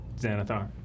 Xanathar